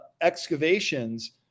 excavations